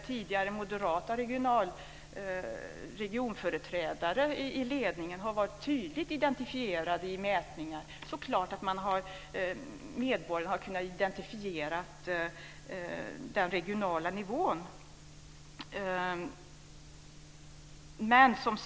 Tidigare moderata regionföreträdare i ledningen har varit tydligt identifierade i mätningar, så det är klart att medborgarna har kunnat identifiera den regionala nivån.